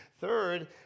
Third